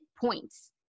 points